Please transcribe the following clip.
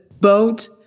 boat